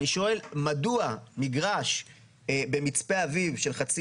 אני שואל מדוע מגרש במצפה אביב של חצי